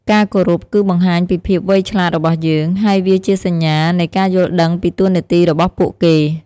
ការគោរព គឺបង្ហាញពីភាពវៃឆ្លាតរបស់យើង ហើយវាជាសញ្ញានៃការយល់ដឹងពីតួនាទីរបស់ពួកគេ។